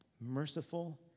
merciful